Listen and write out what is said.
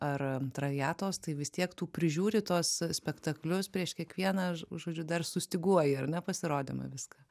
ar traviatos tai vis tiek tu prižiūri tuos spektaklius prieš kiekvieną žodžiu dar sustyguoji ar ne pasirodymą viską